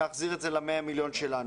להחזיר את זה ל-100 מיליון שיש לנו בכל שנה.